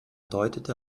deutete